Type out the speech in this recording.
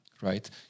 right